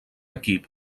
equip